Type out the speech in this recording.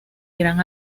gran